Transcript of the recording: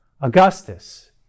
Augustus